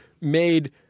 made